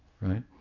right